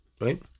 right